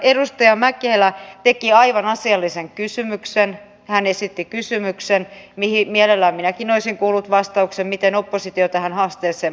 edustaja mäkelä esitti aivan asiallisen kysymyksen mihin mielelläni minäkin olisin kuullut vastauksen eli miten oppositio tähän haasteeseen mahdollisesti vastaa